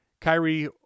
Kyrie